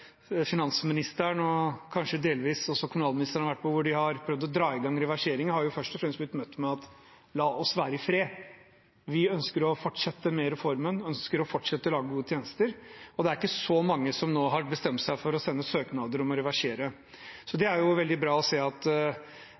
finansministeren og kanskje delvis også kommunalministeren har vært på, hvor de har prøvd å dra i gang reverseringen, har først og fremst blitt møtt med: La oss være i fred, vi ønsker å fortsette med reformen, vi ønsker å fortsette å lage gode tjenester. Det er ikke så mange som nå har bestemt seg for å sende søknader om å reversere, og det er jo veldig bra å se.